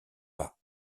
pas